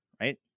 right